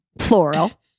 Floral